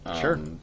Sure